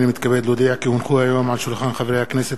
הנני מתכבד להודיע כי הונחו היום על שולחן הכנסת,